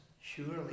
surely